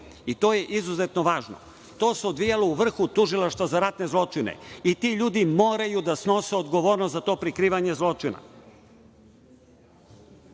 i to je izuzetno važno. To se odvijalo u vrhu Tužilaštva za ratne zločine i ti ljudi moraju da snose odgovornost za to prikrivanje zločina.